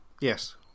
Yes